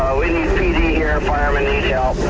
pd here. firemen need help.